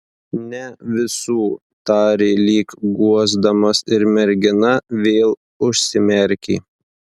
ne visų tarė lyg guosdamas ir mergina vėl užsimerkė